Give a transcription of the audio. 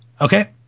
Okay